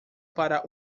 para